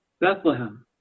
Bethlehem